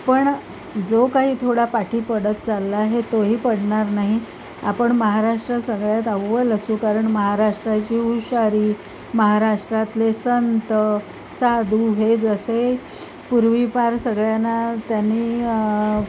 पण जो काही थोडा पाठी पडत चालला आहे तोही पडणार नाही आपण महाराष्ट्रात सगळ्यात अव्वल असू कारण महाराष्ट्राची हुशारी महाराष्ट्रातले संत साधू हे जसे पूर्वीपार सगळ्यांना त्यांनी